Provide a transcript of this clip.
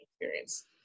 experience